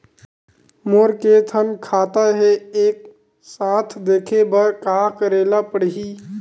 मोर के थन खाता हे एक साथ देखे बार का करेला पढ़ही?